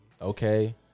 Okay